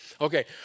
Okay